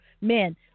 men